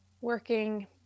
working